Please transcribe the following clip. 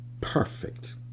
perfect